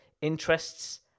interests